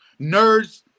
nerds